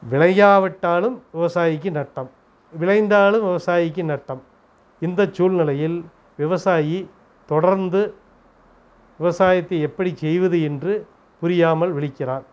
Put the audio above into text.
விளையாவிட்டாலும் விவசாயிக்கு நட்டம் விளைந்தாலும் விவசாயிக்கு நட்டம் இந்தச் சூழ்நெலையில் விவசாயி தொடர்ந்து விவசாயத்தை எப்படி செய்வது என்று புரியாமல் விழிக்கிறார்